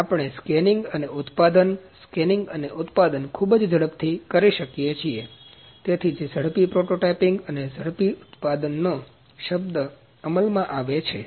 તેથી આપણે સ્કેનીંગ અને ઉત્પાદન સ્કેનિંગ અને ઉત્પાદન ખૂબ જ ઝડપથી કરી શકીએ છીએ તેથી જ ઝડપી પ્રોટોટાઈપીંગ અને ઝડપી ઉત્પાદન નો શબ્દ અમલમાં આવે છે